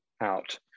out